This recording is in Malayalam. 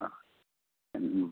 ആ മ്